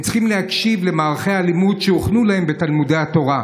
הם צריכים להקשיב למערכי הלימוד שהוכנו להם בתלמודי התורה.